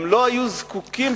הם לא היו זקוקים,